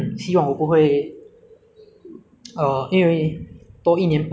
所以我希望我不会一直去想未来的事情希望我以后会